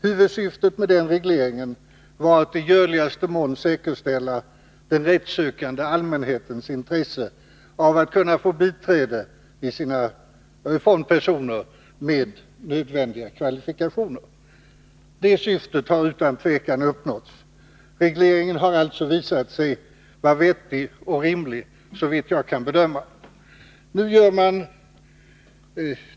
Huvudsyftet med den regleringen var att i möjligaste mån säkerställa den rättssökande allmänhetens intresse av att kunna få biträde från personer med nödvändiga kvalifikationer. Det syftet har utan tvivel uppnåtts. Regleringen har alltså visat sig vara vettig och rimlig, såvitt jag kan bedöma.